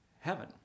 heaven